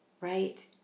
right